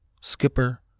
Skipper